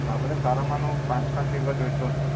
આપણે સારા માનો પાંચ પાંચ કિલો જોઈતું હતું